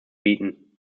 bieten